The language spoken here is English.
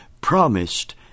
promised